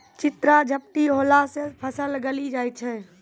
चित्रा झपटी होला से फसल गली जाय छै?